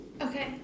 okay